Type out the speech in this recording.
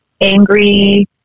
angry